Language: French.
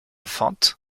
fente